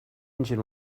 engine